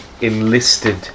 enlisted